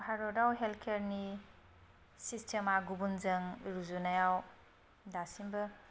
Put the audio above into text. भारताव हेल्थकेयारनि सिस्टेमा गुबुनजों रुजुनायाव दासिमबो